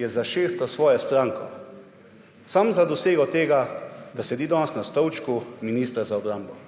je zakšeftal svojo stranko. Samo za dosego tega, da sedi danes na stolčku ministra za obrambo.